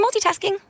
multitasking